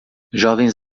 jovens